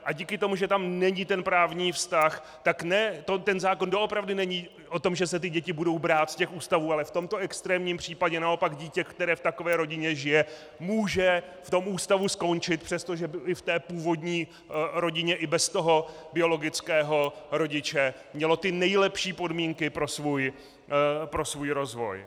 A díky tomu, že tam není ten právní vztah, tak ten zákon doopravdy není o tom, že se ty děti budou brát z ústavů, ale v tomto extrémním případě naopak dítě, které v takové rodině žije, může v tom ústavu skončit, přestože by v té původní rodině i bez toho biologického rodiče mělo ty nejlepší podmínky pro svůj rozvoj.